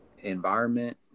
environment